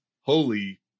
Holy